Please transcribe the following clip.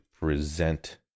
present